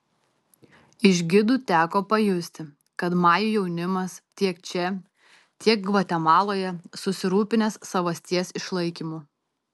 iš gidų teko pajusti kad majų jaunimas tiek čia tiek gvatemaloje susirūpinęs savasties išlaikymu